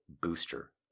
booster